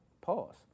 Pause